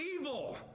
evil